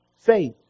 faith